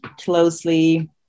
closely